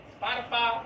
Spotify